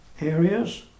areas